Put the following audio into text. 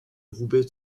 roubaix